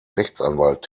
rechtsanwalt